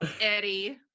Eddie